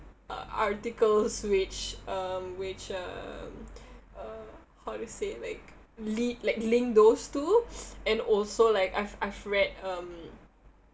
uh articles which um which um uh how to say like lead like link those two and also like I've I've read um